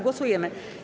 Głosujemy.